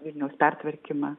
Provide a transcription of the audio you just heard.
vilniaus pertvarkymą